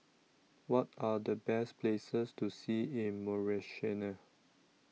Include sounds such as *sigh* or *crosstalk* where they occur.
What Are The Best Places to See in *unintelligible*